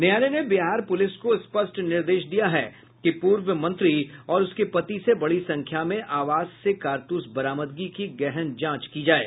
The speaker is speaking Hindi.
न्यायालय ने बिहार पुलिस को स्पष्ट निर्देश दिया है कि पूर्व मंत्री और उसके पति से बड़ी संख्या में आवास से कारतूस बरामदगी की गहन जांच की जाये